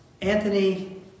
Anthony